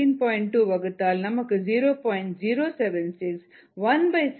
2 வகுத்தால் நமக்கு 0